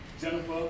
Jennifer